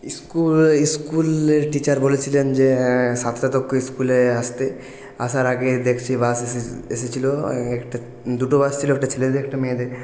school স্কুলের teacher বলেছিলেন যে সাতটা থেকে স্কুলে আসতে আসার আগে দেখছি বাস এসেছিল একটা দুটো বাস ছিল একটা ছেলেদের একটা মেয়েদের